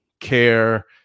care